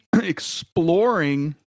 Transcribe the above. exploring